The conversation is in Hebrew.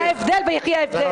זה ההבדל, ויחי ההבדל.